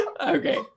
Okay